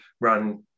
run